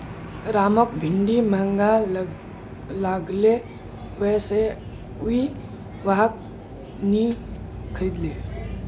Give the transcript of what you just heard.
रामक भिंडी महंगा लागले वै स उइ वहाक नी खरीदले